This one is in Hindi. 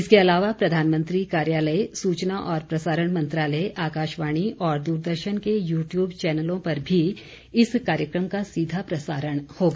इसके अलावा प्रधानमंत्री कार्यालय सूचना और प्रसारण मंत्रालय आकाशवाणी और दूरदर्शन के यूट्यूब चैनलों पर भी इस कार्यक्रम का सीधा प्रसारण होगा